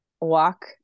walk